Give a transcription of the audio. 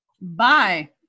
Bye